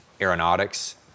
aeronautics